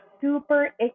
super